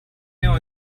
know